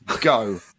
Go